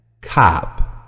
Cop